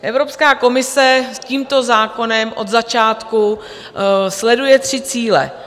Evropská komise tímto zákonem od začátku sleduje tři cíle.